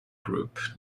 group